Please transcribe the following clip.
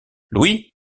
louis